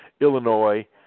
Illinois